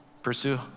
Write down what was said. Pursue